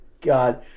God